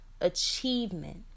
achievement